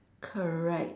correct